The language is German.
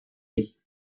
ich